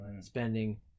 spending